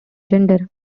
gender